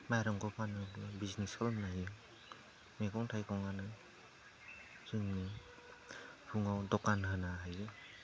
माइरंखौ फाननानै बिजनेस खालामनो हायो मैगं थाइगङानो जोंनि फुङाव दखान होनो हायो